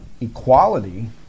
equality